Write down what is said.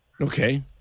Okay